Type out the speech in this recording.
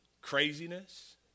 Craziness